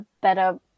better